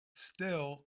still